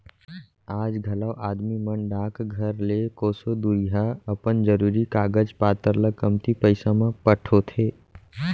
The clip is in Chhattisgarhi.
आज घलौ आदमी मन डाकघर ले कोसों दुरिहा अपन जरूरी कागज पातर ल कमती पइसा म पठोथें